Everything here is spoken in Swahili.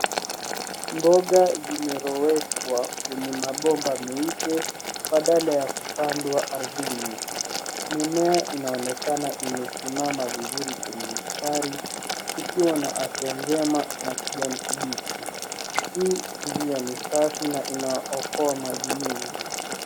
Mboga imeloweshwa kwenye mabomba meupe badala ya kupandwa ardhini. Mimea inaonekana imesimama vizuri kwenye mistari ikiwa na afya njema na kijani kibichi. Hii njia ni safi na inaokoa maji nyingi.